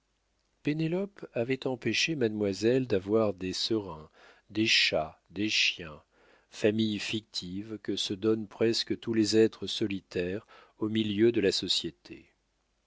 pénélope avait empêché mademoiselle d'avoir des serins des chats des chiens famille fictive que se donnent presque tous les êtres solitaires au milieu de la société